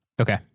Okay